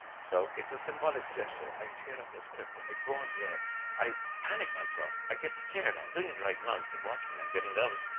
so it's a symbolic gesture. i tear up the script, i go and i panic myself, i get scared. i'm doing it and right now you can watch me. i'm getting nervous,